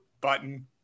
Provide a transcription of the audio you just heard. button